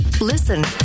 listen